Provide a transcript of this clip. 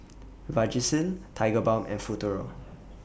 Vagisil Tigerbalm and Futuro